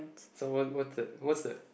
someone was the was the